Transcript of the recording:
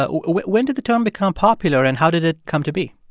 but when when did the term become popular, and how did it come to be?